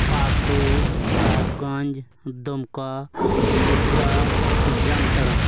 ᱯᱟᱹᱠᱩᱲ ᱥᱟᱦᱮᱵᱽᱜᱚᱸᱡᱽ ᱫᱩᱢᱠᱟ ᱜᱳᱰᱰᱟ ᱡᱟᱢᱛᱟᱲᱟ